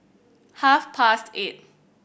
half past eight